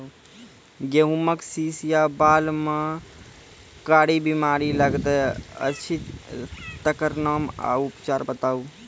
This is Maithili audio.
गेहूँमक शीश या बाल म कारी बीमारी लागतै अछि तकर नाम आ उपचार बताउ?